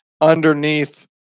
underneath